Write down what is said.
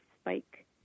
spike